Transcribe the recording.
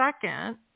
second